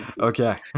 Okay